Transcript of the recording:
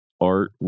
art